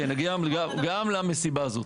כן, נגיע גם למסיבה הזאת.